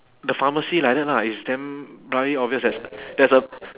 the pharmacy like that lah it's damn bloody obvious as there's a